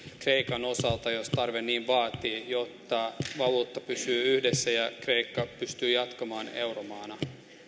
kreikan osalta jos tarve niin vaatii jotta valuutta pysyy yhdessä ja kreikka pystyy jatkamaan euromaana